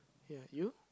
ya you